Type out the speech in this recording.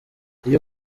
iyo